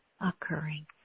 occurring